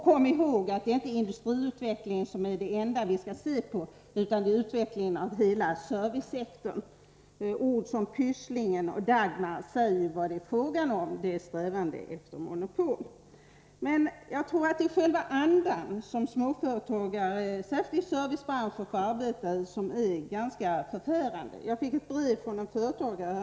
Kom ihåg att industriutvecklingen inte är det enda som vi skall se på, utan det gäller också utvecklingen inom hela servicesektorn. Ord som Pysslingen och Dagmarförslaget antyder vad det är fråga om. Det är fråga om en strävan efter monopol. Men jag tror att själva andan som småföretagare, särskilt inom servicebranschen, får arbeta i är ganska förfärande. Häromdagen fick jag ett brev från en företagare.